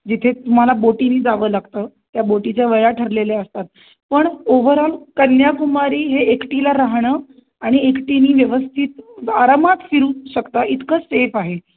जिथे तुम्हाला बोटने जावं लागतं त्या बोटीच्या वेळा ठरलेल्या असतात पण ओवरऑल कन्याकुमारी हे एकटीला राहणं आणि एकटीने व्यवस्थित आरामात फिरू शकता इतकं सेफ आहे